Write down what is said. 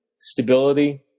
stability